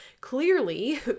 clearly